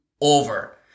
over